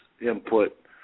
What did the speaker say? input